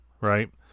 right